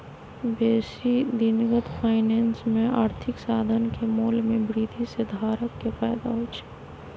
बेशी दिनगत फाइनेंस में आर्थिक साधन के मोल में वृद्धि से धारक के फयदा होइ छइ